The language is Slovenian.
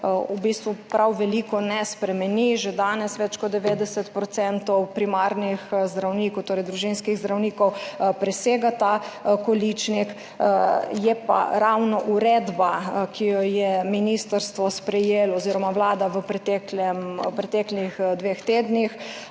v bistvu prav veliko ne spremeni, že danes več kot 90 % primarnih zdravnikov, torej družinskih zdravnikov, presega ta količnik. Naslavlja pa ravno uredba, ki jo je ministrstvo oziroma Vlada sprejela v preteklih dveh tednih,